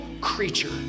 creature